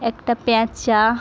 একটা পেঁচা